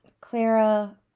Clara